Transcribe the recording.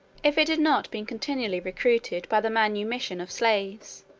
if it had not been continually recruited by the manumission of slaves,